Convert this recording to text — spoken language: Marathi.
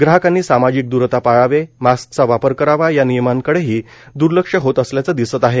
ग्राहकांनी सामाजिक दूरता पाळावे मास्कचा वापर करावा या नियमांकडेही दुर्लक्ष होत असल्याचं दिसत आहे